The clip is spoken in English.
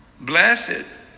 Blessed